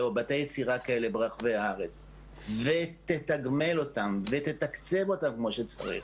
או בתי יצירה כאלה ברחבי הארץ ותתגמל אותם ותתקצב אותם כמו שצריך,